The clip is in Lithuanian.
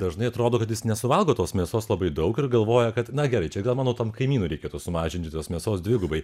dažnai atrodo kad jis nesuvalgo tos mėsos labai daug ir galvoja kad na gerai čia gal mano tam kaimynui reikėtų sumažinti tos mėsos dvigubai